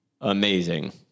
amazing